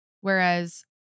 Whereas